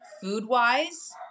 food-wise